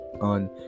on